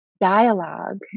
dialogue